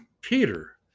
Peter